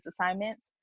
assignments